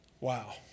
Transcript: Wow